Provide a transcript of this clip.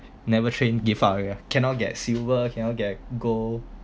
never train give up already cannot get silver cannot get gold